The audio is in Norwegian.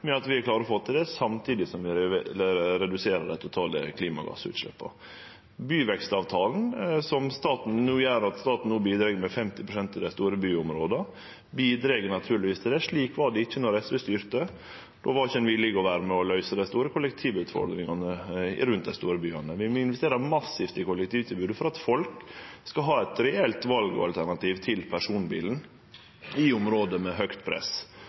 at vi klarar å få til det samtidig som vi reduserer dei totale klimagassutsleppa. Byvekstavtalene, som no gjer at staten bidreg med 50 pst. til dei store byområda, bidreg naturlegvis til det. Slik var det ikkje då SV styrte, då var ein ikkje villig til å vere med og løyse dei store kollektivutfordringane rundt dei store byane. Vi investerer massivt i kollektivtilbodet for at folk skal ha eit reelt valalternativ til personbilen i område med høgt press.